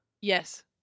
Yes